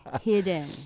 hidden